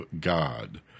God